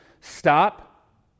stop